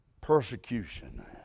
persecution